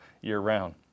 year-round